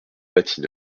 bâtie